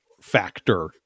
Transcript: factor